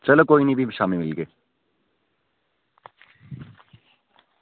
चलो कोई निं भी शामीं मिलगे